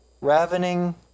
Ravening